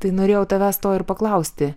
tai norėjau tavęs to ir paklausti